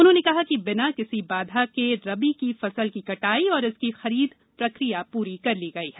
उन्होंने कहा कि बिना किसी बाधा के रबी की फसल की कटाई और इसकी खरीद प्रक्रिया पूरी की गई है